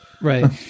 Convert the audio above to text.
right